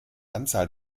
anzahl